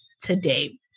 today